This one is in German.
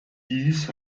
dies